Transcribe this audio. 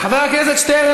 חבר הכנסת שטרן.